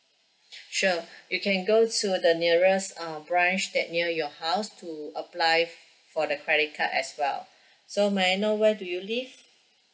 sure you can go to the nearest uh branch that near your house to apply f~ for the credit card as well so may I know where do you live